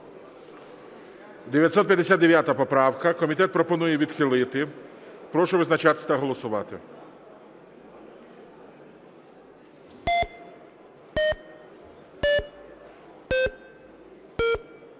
Гончаренка. Комітет пропонує відхилити. Прошу визначатися та голосувати.